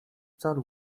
wcale